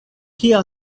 kia